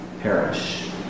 perish